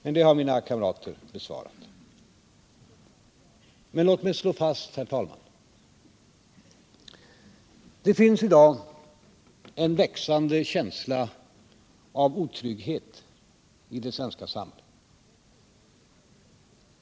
Men det har mina kamrater besvarat. Låt mig emellertid, herr talman, slå fast följande: Det finns i dag en växande känsla av otrygghet i det svenska samhället.